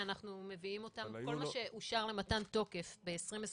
כל מה שאושר למתן תוקף ב-2021